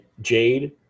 jade